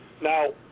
Now